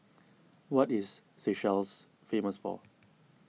what is Seychelles famous for